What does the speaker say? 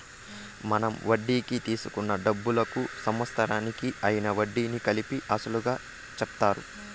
మనం వడ్డీకి తీసుకున్న డబ్బులకు సంవత్సరానికి అయ్యిన వడ్డీని కలిపి అసలుగా చెప్తారు